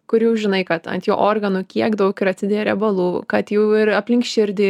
kur jau žinai kad ant jo organų kiek daug yra riebalų kad jau ir aplink širdį